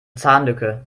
zahnlücke